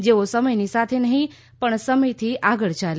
જેઓ સમયની સાથે નહી પણ સમયથી આગળ ચાલે